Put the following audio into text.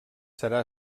serà